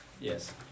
Yes